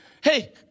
Hey